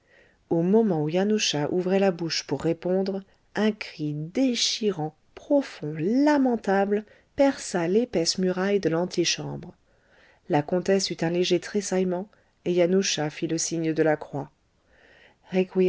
au moment où yanusza ouvrait la bouche pour répondre un cri déchirant profond lamentable perça l'épaisse muraille de l'antichambre la comtesse eut un léger tressaillement et yanusza fit le signe de la croix